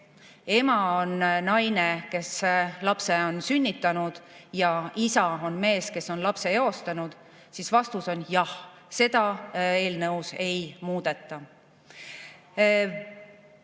ema on naine, kes lapse on sünnitanud, ja isa on mees, kes on lapse eostanud. Vastus on jah, seda eelnõus ei muudeta.